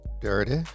Dirty